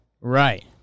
Right